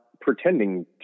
pretending